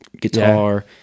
guitar